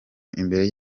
imbere